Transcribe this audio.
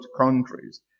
countries